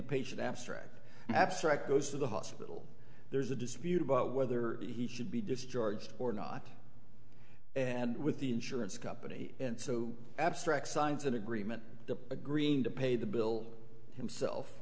the patient abstract abstract goes to the hospital there's a dispute about whether he should be discharged or not and with the insurance company and so abstract signs an agreement agreeing to pay the bill himself